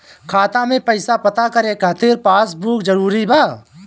खाता में पईसा पता करे के खातिर पासबुक जरूरी बा?